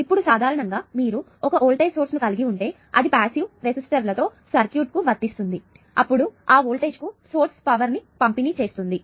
ఇప్పుడు సాధారణంగా మీరు ఒకే వోల్టేజ్ సోర్స్ ను కలిగి ఉంటే అది పాసివ్ రెసిస్టర్లతో సర్క్యూట్కు వర్తిస్తుంది అప్పుడు ఆ వోల్టేజ్ సోర్స్ పవర్ ను పంపిణీ చేస్తుంది